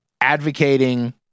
advocating